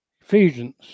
Ephesians